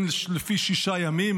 זה לפי שישה ימים,